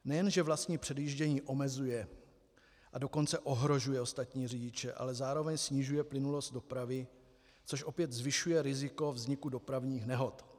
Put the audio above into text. Nejen že vlastní předjíždění omezuje, a dokonce ohrožuje ostatní řidiče, ale zároveň snižuje plynulost dopravy, což opět zvyšuje riziko vzniku dopravních nehod.